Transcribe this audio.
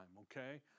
okay